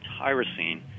tyrosine